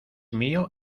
mío